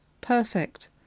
perfect